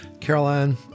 Caroline